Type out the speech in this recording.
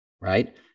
right